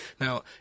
Now